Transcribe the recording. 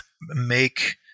make